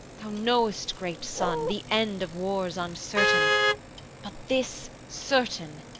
thou know'st, great son, the end of war's uncertain but this certain,